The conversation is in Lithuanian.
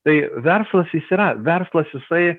tai verslas jis yra verslas jisai